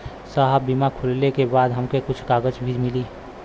साहब बीमा खुलले के बाद हमके कुछ कागज भी मिली?